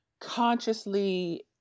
consciously